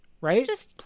Right